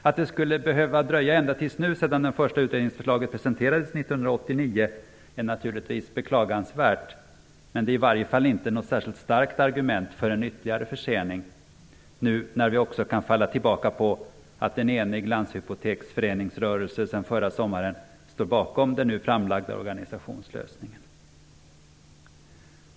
Att det skulle behöva dröja ända till nu, sedan det första utredningsförslaget presenterades 1989, är naturligtvis beklagansvärt. Det är i varje fall inte något särskilt starkt argument för en ytterligare försening, nu när vi också kan falla tillbaka på att en enig landshypoteksföreningsrörelse sedan förra sommaren står bakom den nu framlagda organisationslösningen.